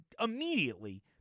immediately